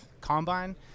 combine